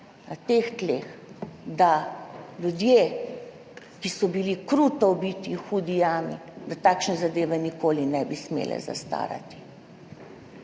na teh tleh, da ljudje, ki so bili kruto ubiti v Hudi Jami, da takšne zadeve nikoli ne bi smele zastarati,